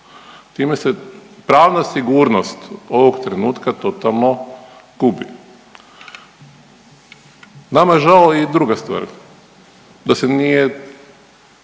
Time se pravna sigurnost ovog trenutka totalno gubi. Nama je žao i druga stvar, da se nije,